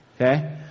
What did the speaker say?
okay